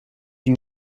you